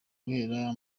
guhera